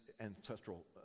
ancestral